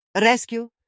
Rescue